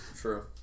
True